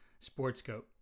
SportsCope